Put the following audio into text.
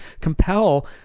compel